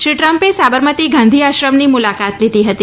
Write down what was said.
શ્રી ટ્રમ્પે સાબરમતી ગાંધી આશ્રમની મુલાકાત લીધી હતી